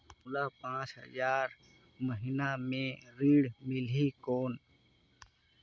मोला पांच हजार महीना पे ऋण मिलही कौन?